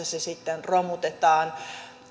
se sitten romutetaan